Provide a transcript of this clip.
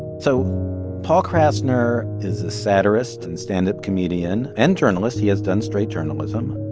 so paul krassner is a satirist and standup comedian and journalist. he has done straight journalism.